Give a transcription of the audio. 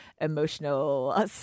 emotional